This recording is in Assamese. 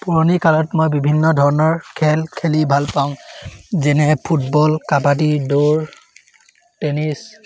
পুৰণিকালত মই বিভিন্ন ধৰণৰ খেল খেলি ভাল পাওঁ যেনে ফুটবল কাবাডী দৌৰ টেনিছ